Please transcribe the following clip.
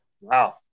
Wow